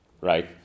right